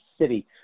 city